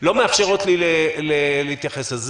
לא מאפשרות לי להתייחס לזה.